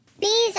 Bees